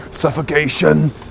Suffocation